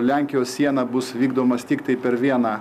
lenkijos sieną bus vykdomas tiktai per vieną